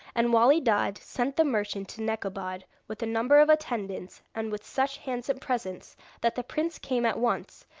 and wali dad sent the merchant to nekabad, with a number of attendants, and with such handsome presents that the prince came at once,